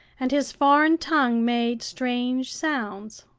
and his foreign tongue made strange sounds.